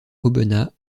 aubenas